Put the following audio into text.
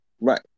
Right